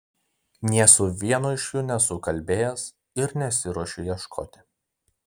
nė su vienu iš jų nesu kalbėjęs ir nesiruošiu ieškoti